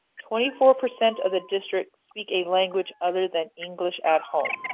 twenty four percent of the district speak a language other than english at home.